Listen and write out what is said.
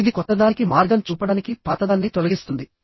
ఇది కొత్తదానికి మార్గం చూపడానికి పాతదాన్ని తొలగిస్తుంది